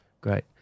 Great